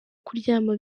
kuryama